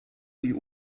die